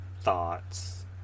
thoughts